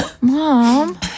Mom